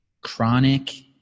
chronic